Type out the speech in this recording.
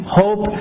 hope